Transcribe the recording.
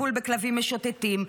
לטיפול בכלבים משוטטים,